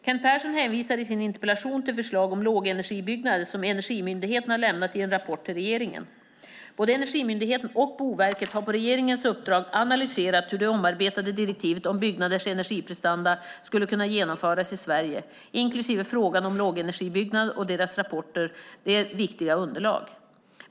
Kent Persson hänvisar i sin interpellation till förslag om lågenergibyggnader som Energimyndigheten har lämnat i en rapport till regeringen. Både Energimyndigheten och Boverket har på regeringens uppdrag analyserat hur det omarbetade direktivet om byggnaders energiprestanda skulle kunna genomföras i Sverige, inklusive frågan om lågenergibyggnader, och deras rapporter är viktiga underlag.